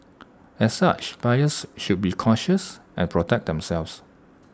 as such buyers should be cautious and protect themselves